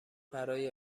برای